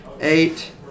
Eight